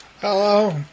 Hello